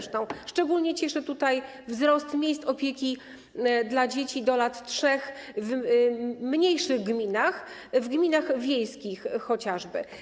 Szczególnie cieszy wzrost liczby miejsc opieki dla dzieci do lat 3 w mniejszych gminach, w gminach wiejskich chociażby.